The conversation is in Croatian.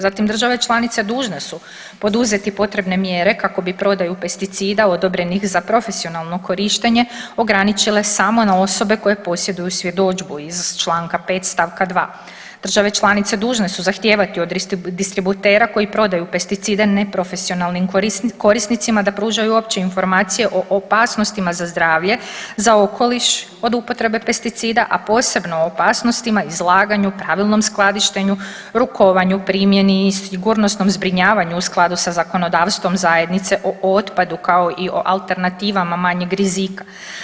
Zatim države članice dužne su poduzeti potrebne mjere kako bi prodaju pesticida odobrenih za profesionalno korištenje ograničile samo na osobe koje posjeduju svjedodžbu iz Članka 5. stavka 2. Države članice dužne su zahtijevati od distributera koji prodaju pesticide neprofesionalnim korisnicima da pružaju opće informacije o opasnostima za zdravlje, za okoliš od upotrebe pesticida, a posebno o opasnostima izlaganju, pravilnom skladištenju, rukovanju, primjeni i sigurnosnom zbrinjavanju u skladu sa zakonodavstvom zajednice o otpadu kao i o alternativama manjeg rizika.